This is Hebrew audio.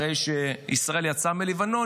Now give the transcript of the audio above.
אחרי שישראל יצאה מלבנון,